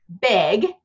big